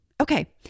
Okay